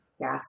Yes